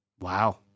Wow